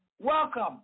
Welcome